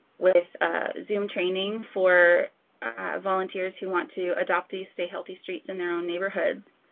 with zoom training for volunteers who want to adopt the stay healthy streets in their own neighborhoods.